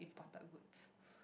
imported goods